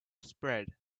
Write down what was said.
spread